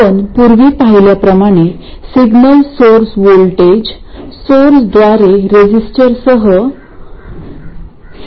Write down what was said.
आपण पूर्वी पाहिल्याप्रमाणे सिग्नल सोर्स व्होल्टेज सोर्सद्वारे रेझिस्स्टरसह सीरिजमध्ये जोडला गेला आहे